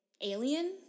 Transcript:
alien